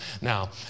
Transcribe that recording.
Now